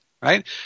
right